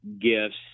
gifts